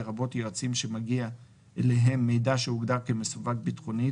לרבות יועצים שמגיע אליהם מידע שהוגדר כמסווג ביטחונית